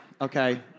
okay